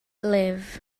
live